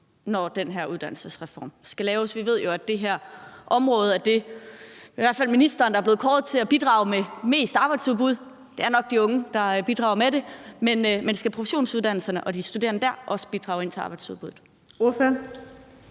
når den her uddannelsesreform skal laves. Vi ved jo, at det her område er det område, der bidrager mest til arbejdsudbuddet. Det er i hvert fald ministeren, der er blevet kåret til at bidrage med mest arbejdsudbud. Det er nok de unge, der bidrager med det. Men skal produktionsuddannelserne og de studerende der også bidrage til arbejdsudbuddet?